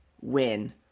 win